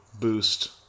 boost